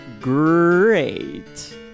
great